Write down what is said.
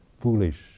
foolish